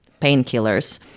painkillers